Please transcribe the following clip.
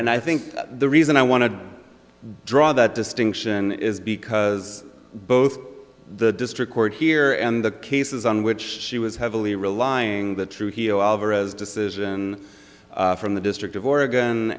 and i think the reason i want to draw that distinction is because both the district court here and the cases on which she was heavily relying the trujillo alvarez decision from the district of oregon